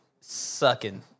sucking